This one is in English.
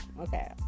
okay